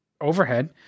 overhead